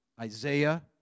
Isaiah